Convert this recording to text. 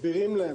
מסבירים להם,